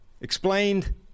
Explained